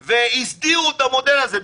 והסדירו את המודל הזה.